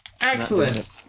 Excellent